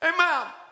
amen